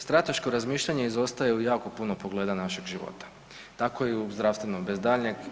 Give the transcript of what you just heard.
Strateško razmišljanje izostaje u jako puno pogleda našeg života, tako i u zdravstvenom bez daljnjeg.